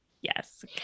yes